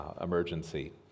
emergency